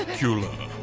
ah cula!